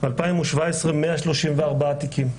2017 134 תיקים,